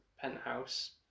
Penthouse